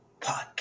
podcast